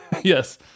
Yes